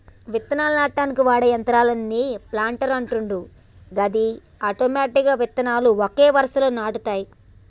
విత్తనాలు నాటనీకి వాడే యంత్రాన్నే ప్లాంటర్ అంటుండ్రు గది ఆటోమెటిక్గా విత్తనాలు ఒక వరుసలో నాటుతాయి